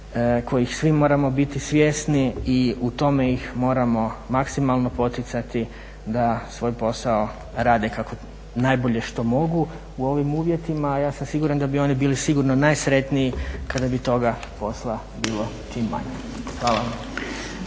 kojih svi moramo biti svjesni i u tome ih moramo maksimalno poticati da svoj posao rade najbolje što mogu u ovim uvjetima. A ja sam siguran da bi oni bili sigurno najsretniji kada bi toga posla bilo čim manje. Hvala.